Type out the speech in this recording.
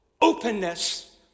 openness